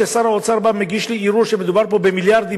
כששר האוצר בא ומגיש לי ערעור שמדובר פה במיליארדים,